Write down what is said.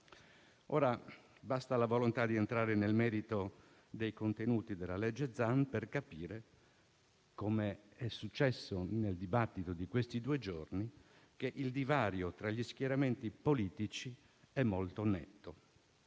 Basta la volontà di entrare nel merito dei contenuti del disegno di legge Zan per capire, come è successo nel dibattito di questi due giorni, che il divario tra gli schieramenti politici è molto netto.